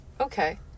okay